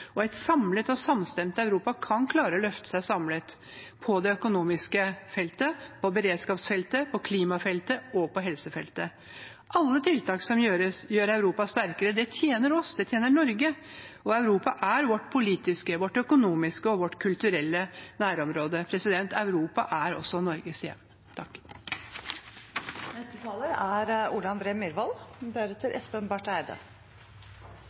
Et samlet og samstemt Europa kan klare å løfte seg samlet på det økonomiske feltet, på beredskapsfeltet, på klimafeltet og på helsefeltet. Alle tiltak som gjør Europa sterkere, tjener oss. Det tjener Norge. Europa er vårt politiske, vårt økonomiske og vårt kulturelle nærområde. Europa er også Norges hjem.